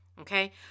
okay